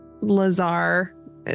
Lazar